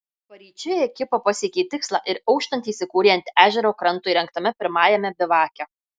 paryčiui ekipa pasiekė tikslą ir auštant įsikūrė ant ežero kranto įrengtame pirmajame bivake